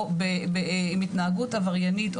או עם התנהגות עבריינית,